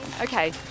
okay